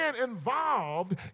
involved